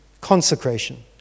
consecration